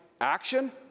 action